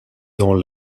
dans